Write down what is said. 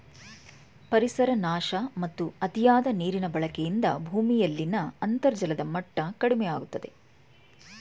ಪರಿಸರ ನಾಶ ಮತ್ತು ಅತಿಯಾದ ನೀರಿನ ಬಳಕೆಯಿಂದ ಭೂಮಿಯಲ್ಲಿನ ಅಂತರ್ಜಲದ ಮಟ್ಟ ಕಡಿಮೆಯಾಗುತ್ತಿದೆ